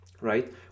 right